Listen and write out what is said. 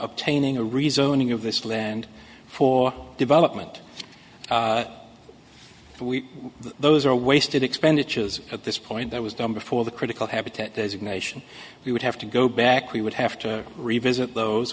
obtaining a rezoning of this land for development those are wasted expenditures at this point that was done before the critical habitat designation we would have to go back we would have to revisit those